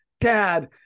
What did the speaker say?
Dad